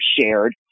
shared